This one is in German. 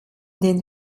den